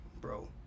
bro